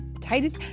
Titus